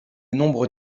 nombre